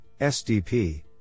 SDP